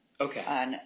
Okay